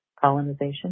colonization